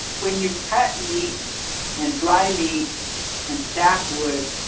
when you cut meat and dry meat and stack wood,